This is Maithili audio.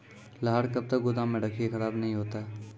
लहार कब तक गुदाम मे रखिए खराब नहीं होता?